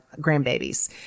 grandbabies